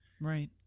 right